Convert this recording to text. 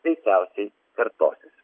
veikiausiai kartosis